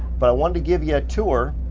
but i wanted to give you a tour